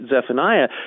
Zephaniah